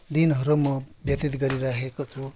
दिनहरू म व्यतित गरिरहेको छु